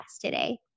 today